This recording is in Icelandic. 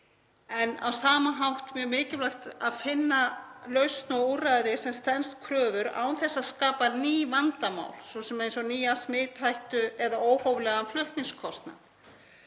en á sama hátt mjög mikilvægt að finna lausn og úrræði sem stenst kröfur án þess að skapa ný vandamál, svo sem eins og nýja smithættu eða óhóflegan flutningskostnað.